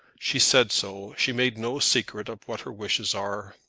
she said so. she made no secret of what her wishes are.